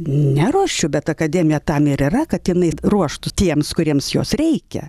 neruošiu bet akademija tam ir yra kad jinai ruoštų tiems kuriems jos reikia